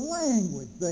language